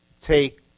take